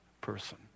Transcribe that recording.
person